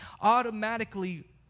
automatically